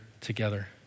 together